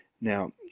Now